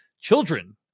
children